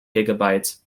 gigabytes